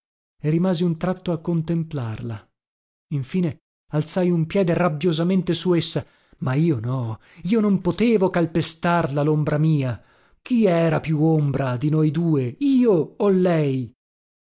e rimasi un tratto a contemplarla infine alzai un piede rabbiosamente su essa ma io no io non potevo calpestarla lombra mia chi era più ombra di noi due io o lei